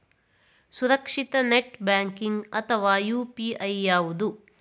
ಸುರಕ್ಷಿತ net banking ಅಥವಾ UPI ಯಾವುದು?